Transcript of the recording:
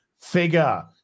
figure